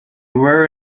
were